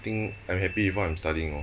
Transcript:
I think I'm happy with what I'm studying lor